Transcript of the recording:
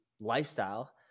lifestyle